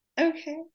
okay